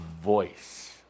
voice